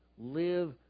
Live